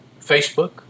Facebook